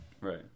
right